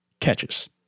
catches